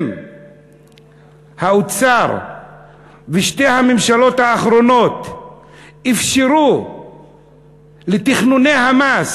אם האוצר ושתי הממשלות האחרונות אפשרו לתכנוני המס